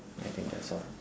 I think that's all